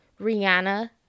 Rihanna